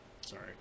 Sorry